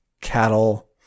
cattle